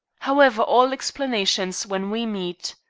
however, all explanations when we meet.